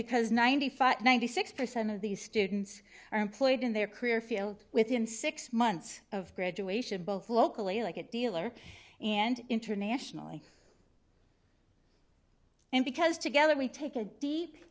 because ninety five ninety six percent of these students are employed in their career field within six months of graduation both locally like a dealer and internationally and because together we take a deep